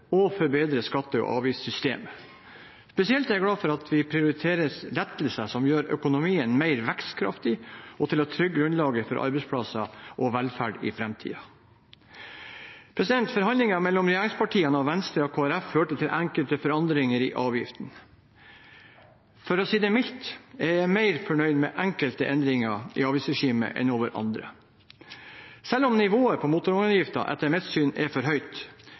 og forbedre skatte- og avgiftssystemet. Spesielt er jeg glad for at vi prioriterer lettelser som gjør økonomien mer vekstkraftig, for å trygge grunnlaget for arbeidsplasser og velferd i framtiden. Forhandlingene mellom regjeringspartiene og Venstre og Kristelig Folkeparti førte til enkelte forandringer i avgiftene. For å si det mildt er jeg mer fornøyd med enkelte endringer i avgiftsregimet enn jeg er med andre. Selv om nivået på motorvognavgiften etter mitt syn er for høyt,